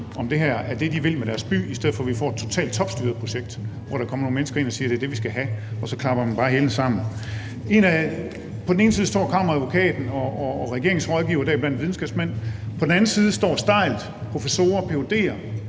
om det her er det, de vil med deres by, i stedet for at vi får et totalt topstyret projekt, hvor der kommer nogle mennesker ind og siger, at det er det, vi skal have, og så klapper man bare hælene sammen. På den ene side står Kammeradvokaten og regeringens rådgivere, deriblandt videnskabsmænd, på den anden side stårprofessorer og ph.d.'ere